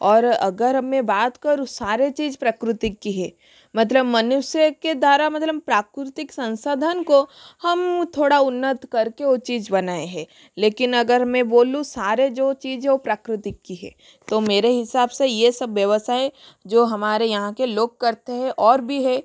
और अगर मैं बात करूँ सारे चीज प्रकृति की है मतलब मनुष्य के द्वारा मतलब प्राकृतिक संसाधन को हम थोड़ा उन्नत करके ओ चीज बनाए हैं लेकिन अगर मैं बोलूँ सारे जो चीज है प्रकृति की है तो मेरे हिसाब से ये सब व्यवसाय जो हमारे यहाँ के लोग करते है और भी है